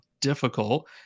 difficult